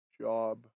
job